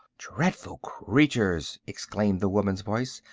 dreadful creatures! exclaimed the woman's voice.